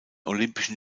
olympischen